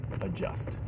adjust